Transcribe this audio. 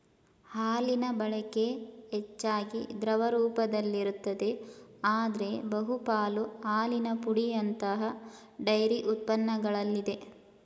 ಹಾಲಿನಬಳಕೆ ಹೆಚ್ಚಾಗಿ ದ್ರವ ರೂಪದಲ್ಲಿರುತ್ತದೆ ಆದ್ರೆ ಬಹುಪಾಲು ಹಾಲಿನ ಪುಡಿಯಂತಹ ಡೈರಿ ಉತ್ಪನ್ನಗಳಲ್ಲಿದೆ